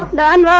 nine